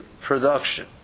production